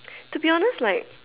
to be honest like